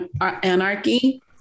Anarchy